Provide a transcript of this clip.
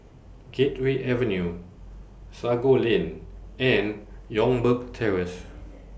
Gateway Avenue Sago Lane and Youngberg Terrace